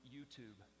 YouTube